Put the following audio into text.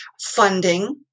funding